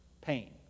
pain